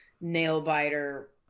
nail-biter